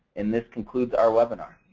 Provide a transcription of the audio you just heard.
and this concludes our webinar.